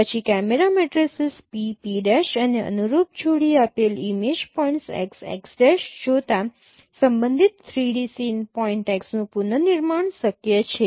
પછી camera matrices P P' અને અનુરૂપ જોડી આપેલ ઇમેજ પોઇન્ટ્સ x x' જોતાં સંબંધિત 3 ડી સીન પોઇન્ટ X નું પુનર્નિર્માણ શક્ય છે